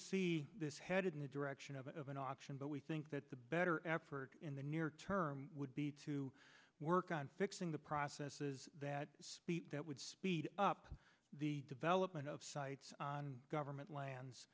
see this headed in the direction of an option but we think that the better effort in the near term would be to work on fixing the processes that the that would speed up the development of sites on government lands